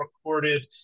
recorded